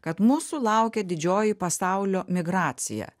kad mūsų laukia didžioji pasaulio migracija